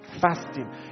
Fasting